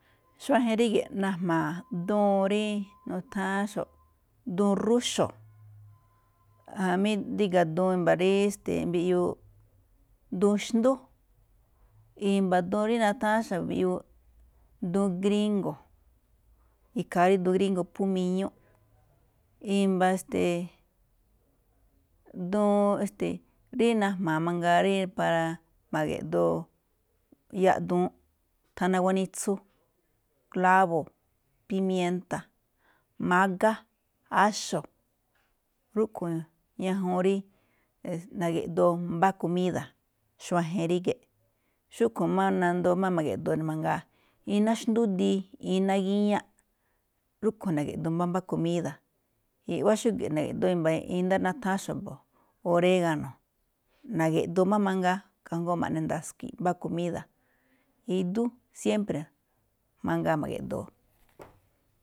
Xuajen ríge̱ najma̱a̱ duun rí nu̱tháán xo̱ꞌ duun rúxo̱, jamí ríga i̱mba̱ duun rí mbiꞌyuu, duun xndú, i̱mba̱ duun rí nutháán xa̱bo̱ duun ngríngo̱, ikhaa rí duun ngríngo̱ phú miñúꞌ, i̱mba̱ esteeꞌ, duun esteeꞌ, rí najmaa mangaa rí para ma̱ge̱ꞌdoo yaꞌduun, thana ganitsu, klábo̱, pimiénta̱, mágá, áxo̱. Rúꞌkhue̱n ñajuun rí na̱geꞌdoo mbá komída̱, xuajen ríge̱ꞌ, xúꞌkhue̱n máꞌ nandoo ma̱geꞌdoo ne̱ mangaa, iná xndúdii, iná gíñáꞌ. Rúꞌkhue̱n na̱ge̱ꞌdoo mbámbá komída̱. Iꞌwá xúge̱ꞌ na̱ge̱ꞌdoo i̱mba̱ iná ndaa, nutháán xa̱bo̱, oréga̱no̱, na̱ge̱ꞌdoo máꞌ mangaa, kajngó ma̱ꞌne ndaskui̱i̱ꞌ mbá komída̱, idú siémpre̱ mangaa ma̱ge̱ꞌdoo.